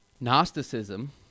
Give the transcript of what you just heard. Gnosticism